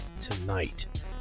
tonight